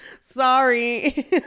Sorry